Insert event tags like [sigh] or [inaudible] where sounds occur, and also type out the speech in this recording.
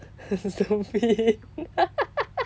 [laughs] stupid